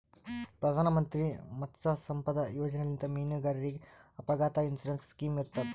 ಪ್ರಧಾನ್ ಮಂತ್ರಿ ಮತ್ಸ್ಯ ಸಂಪದಾ ಯೋಜನೆಲಿಂತ್ ಮೀನುಗಾರರಿಗ್ ಅಪಘಾತ್ ಇನ್ಸೂರೆನ್ಸ್ ಸ್ಕಿಮ್ ಇರ್ತದ್